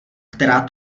která